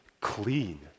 clean